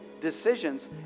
Decisions